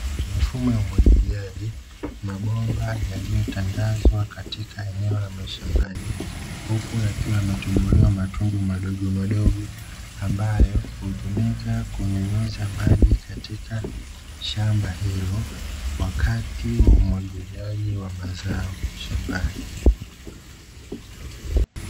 Mifumo ya umwagiliaji, mabomba yaliyotandazwa katika eneo la mashambani hukunyakiwa yametobolewa matundu madogo madogo ambayo hutumika kunyunyiza maji katika shamba hilo wakati wa umwagiliaji wa mazao shambani.